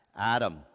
Adam